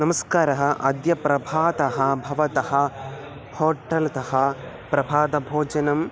नमस्कारः अद्य प्रभातः भवतः होटल् तः प्रभातभोजनम्